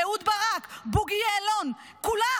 אהוד ברק, בוגי יעלון, כולם.